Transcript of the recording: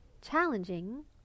challenging